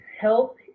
help